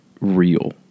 real